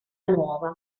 nuova